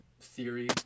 theory